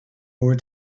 more